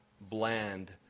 bland